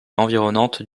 environnante